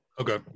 Okay